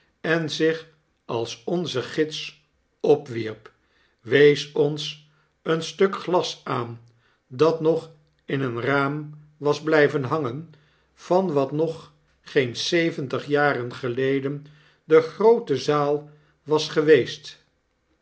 en zich als onzen gids opwierp wees ons een stuk glas aan dat nog in een raam was blpen hangen van wat nog geen zeventig jaren geleden de groote zaal was geweest